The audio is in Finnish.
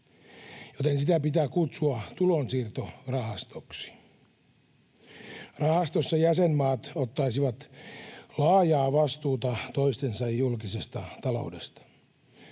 joten sitä pitää kutsua tulonsiirtorahastoksi. Rahastossa jäsenmaat ottaisivat laajaa vastuuta toistensa julkisesta taloudesta.